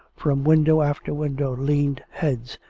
from window after window leaned heads,